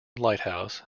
lighthouse